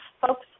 folks